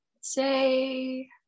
say